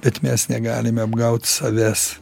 bet mes negalime apgaut savęs